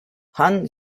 han